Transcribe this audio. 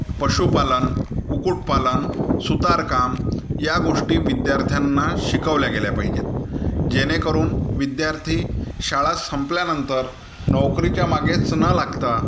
पशुपालन कुक्कुटपालन सुतारकाम या गोष्टी विद्यार्थ्यांना शिकवल्या गेल्या पाहिजेत जेणेकरून विद्यार्थी शाळा संपल्यानंतर नोकरीच्या मागेच न लागता